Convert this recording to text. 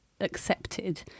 accepted